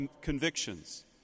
convictions